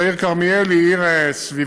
והעיר כרמיאל היא עיר סביבתית,